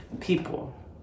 people